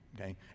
okay